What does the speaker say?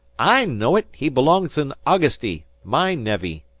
i know it. he belongs in augusty. my nevvy.